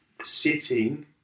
Sitting